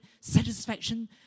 satisfaction